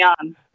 on